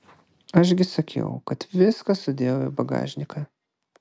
aš gi sakiau kad viską sudėjau į bagažniką